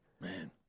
man